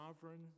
sovereign